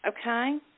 Okay